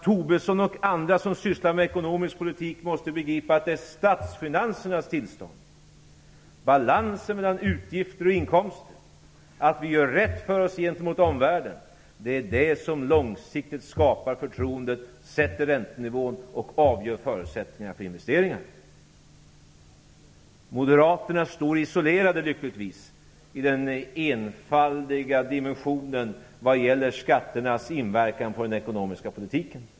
Tobisson och andra som sysslar med ekonomisk politik måste begripa att det är statsfinansernas tillstånd, balansen mellan utgifter och inkomster, att vi gör rätt för oss gentemot omvärlden, är det som skapar långsiktigt förtroende, sätter räntenivån och avgör förutsättningarna för investeringarna. Moderaterna står lyckligtvis isolerade i den enfaldiga dimensionen vad gäller skatternas inverkan på den ekonomiska politiken.